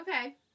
Okay